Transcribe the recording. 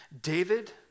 David